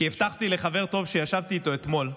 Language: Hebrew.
כי הבטחתי לחבר טוב שישבתי איתו אתמול,